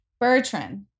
Bertrand